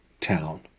town